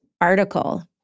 Article